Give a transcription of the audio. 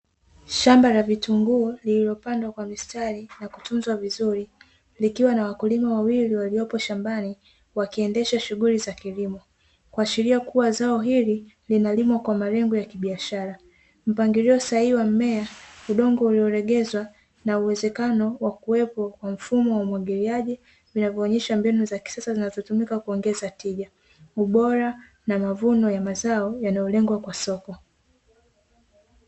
shamba la vitunguu lililopandwa kwa mistari na kutunzwa vizuri, likiwa na wakulima wawili waliopo shambani wakiendesha shughuli za kilimo, kuashiria kuwa zao hili linalimwa kwa malengo ya kibiashara. Mpangilio sahihi wa mmea, udongo uliolegezwa na uwezekano wa kuwepo kwa mfumo wa umwagiliaji, vinavyoonyesha mbinu za kisasa zinazotumika kuongeza tija, ubora na mavuno ya mazao yanayolengwa kwa soko.